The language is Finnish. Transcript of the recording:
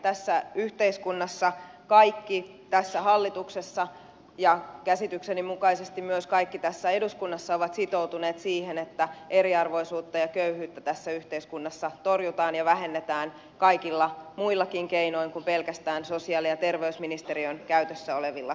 tässä yhteiskunnassa kaikki tässä hallituksessa ja käsitykseni mukaisesti myös kaikki tässä eduskunnassa ovat sitoutuneet siihen että eriarvoisuutta ja köyhyyttä tässä yhteiskunnassa torjutaan ja vähennetään kaikilla muillakin keinoin kuin pelkästään sosiaali ja terveysministeriön käytössä olevilla keinoilla